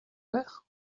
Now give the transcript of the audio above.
mère